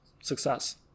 success